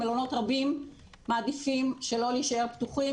מלונות רבים מעדיפים שלא להישאר פתוחים,